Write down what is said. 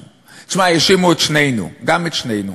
תשמע, האשימו את שנינו, גם את שנינו,